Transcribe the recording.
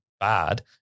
Bad